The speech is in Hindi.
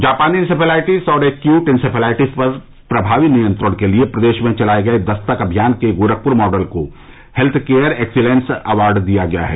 जापानी इंसेफ्लाइटिस और एक्यूट इंसेफ्लाइटिस पर प्रभावी नियंत्रण के लिये प्रदेश में चलाये गये दस्तक अभियान के गोरखपुर माडल को हेल्थकेयर एक्सीलेंस अवार्ड दिया गया है